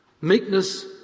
meekness